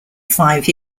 five